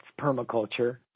permaculture